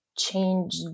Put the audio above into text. change